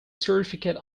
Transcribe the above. certificate